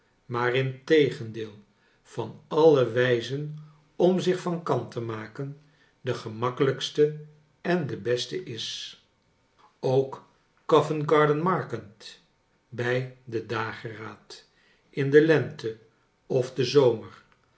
maar integendeel van alle wijzen om zich van kant te maken de gemakkelijkste en de beste is ook covent-garden-market bij den dageraad in de lente of den zomer